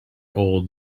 old